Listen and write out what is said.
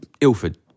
Ilford